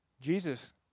Jesus